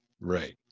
Right